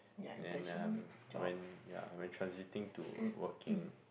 and um when ya when transiting to working